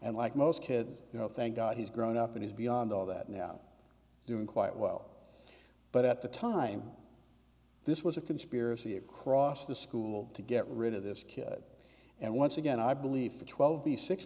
and like most kids you know thank god he's grown up and he's beyond all that now doing quite well but at the time this was a conspiracy across the school to get rid of this kid and once again i believe the twelve the six